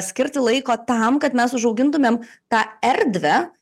skirti laiko tam kad mes užaugintumėm tą erdvę